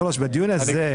הדיון.